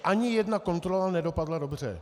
Ani jedna kontrola nedopadla dobře.